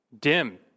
Dim